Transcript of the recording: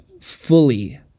fully